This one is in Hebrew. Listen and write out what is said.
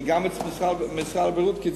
כי גם במשרד הבריאות קיצצו.